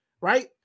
Right